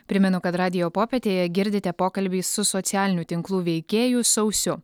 primenu kad radijo popietėje girdite pokalbį su socialinių tinklų veikėju sausiu